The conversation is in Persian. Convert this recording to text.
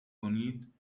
کنید